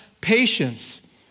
patience